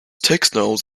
textiles